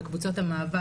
בקבוצות המאבק,